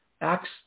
Acts